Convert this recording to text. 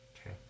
okay